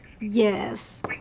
yes